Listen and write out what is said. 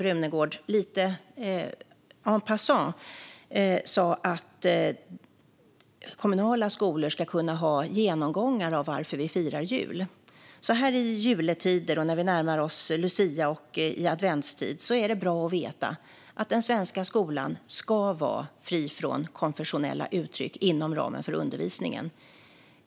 Hon sa lite en passant att kommunala skolor ska kunna ha genomgångar av varför vi firar jul. Så här i juletider, när vi närmar oss lucia och i adventstid är det bra att veta att den svenska skolan ska vara fri från konfessionella uttryck inom ramen för undervisningen.